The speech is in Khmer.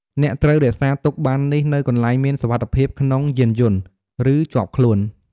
អ្នកត្រូវរក្សាទុកប័ណ្ណនេះនៅកន្លែងមានសុវត្ថិភាពក្នុងយានយន្ត ឬជាប់ខ្លួនអ្នក។